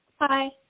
Hi